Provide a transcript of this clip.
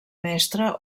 mestre